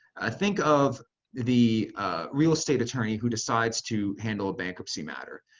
think of the real estate attorney who decides to handle a bankruptcy matter.